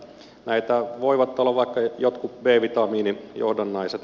näitä voivat olla vaikka jotkut b vitamiinijohdannaiset